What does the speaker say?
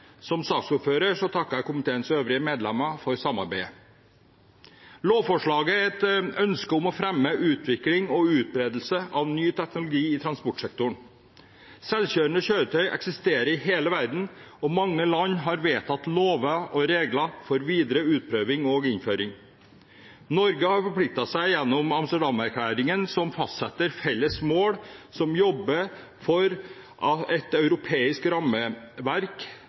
Som saksordfører takker jeg komiteens øvrige medlemmer for samarbeidet. Lovforslaget er et ønske om å fremme utvikling og utbredelse av ny teknologi i transportsektoren. Selvkjørende kjøretøy eksisterer i hele verden, og mange land har vedtatt lover og regler for videre utprøving og innføring. Norge har forpliktet seg gjennom Amsterdam-erklæringen, som fastsetter felles mål, og som jobber for et europeisk rammeverk